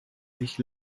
sich